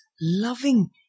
loving